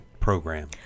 program